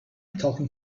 talking